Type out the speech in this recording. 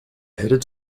headed